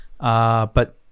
But-